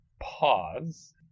pause